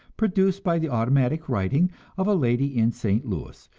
produced by the automatic writing of a lady in st. louis,